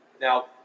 Now